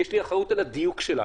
יש לי אחריות על הדיוק שלה.